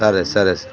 సరే సరే సార్